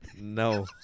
No